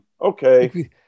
okay